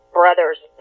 brother's